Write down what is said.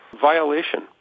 violation